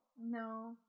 No